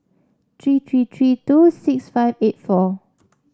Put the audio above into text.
three three three two six five eight four